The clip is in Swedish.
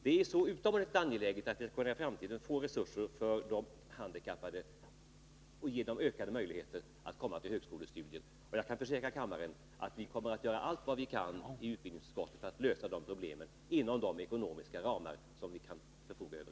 Det är utomordentligt angeläget att vi i framtiden får resurser till de handikappade, så att vi kan ge dem ökade möjligheter att komma till högskolestudier, och jag kan försäkra kammaren att vi inom utbildningsutskottet kommer att göra allt vad vi kan för att lösa problemen inom de ekonomiska ramar vi har och med de medel vi kan förfoga över.